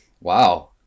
wow